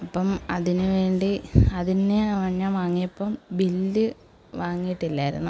അപ്പം അതിന് വേണ്ടി അതിന് ഞാൻ വാങ്ങിയപ്പം ബില്ല് വാങ്ങിയിട്ടില്ലായിരുന്നു